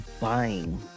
buying